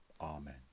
Amen